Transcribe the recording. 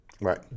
Right